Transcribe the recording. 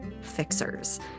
fixers